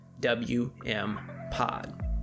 WMPod